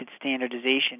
standardization